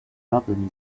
problem